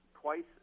twice